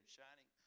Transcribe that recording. shining